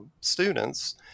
students